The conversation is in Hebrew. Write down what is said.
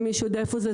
אם מישהו יודע איפה זה,